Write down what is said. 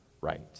right